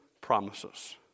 Promises